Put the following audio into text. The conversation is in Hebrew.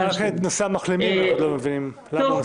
אנחנו לא מבינים את נושא המחלימים.